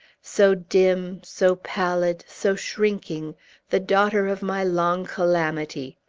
so dim, so pallid, so shrinking the daughter of my long calamity!